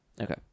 Okay